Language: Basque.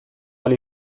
ahal